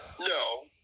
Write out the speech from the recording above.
No